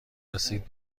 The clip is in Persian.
رسید